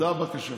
זאת הבקשה.